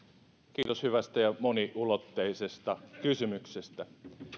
kiitos hyvästä ja moniulotteisesta kysymyksestä